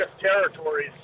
territories